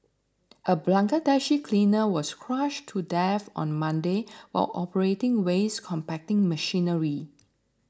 a Bangladeshi cleaner was crushed to death on Monday while operating waste compacting machinery